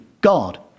God